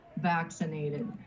vaccinated